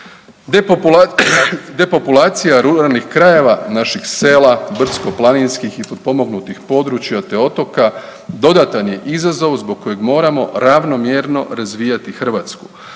Depopulacija ruralnih krajeva naših sela, brdsko- planinskih i potpomognutih područja, te otoka dodatan je izazov zbog kojeg moramo ravnomjerno razvijati Hrvatsku